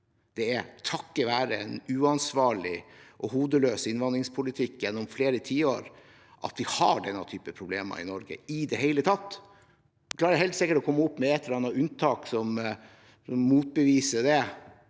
Det er takket være en uansvarlig og hodeløs innvandringspolitikk gjennom flere tiår at vi har denne type problemer i Norge i det hele tatt. En klarer helt sikkert å komme opp med et eller annet unntak som motbeviser det,